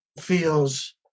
feels